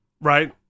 Right